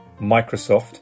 Microsoft